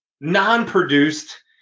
non-produced